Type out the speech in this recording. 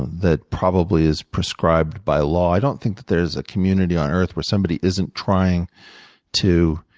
that probably is prescribed by law. i don't think that there's a community on earth where somebody isn't trying to